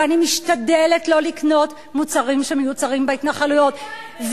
ואני משתדלת לא לקנות מוצרים שמיוצרים בהתנחלויות.